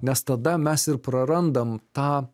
nes tada mes ir prarandam tą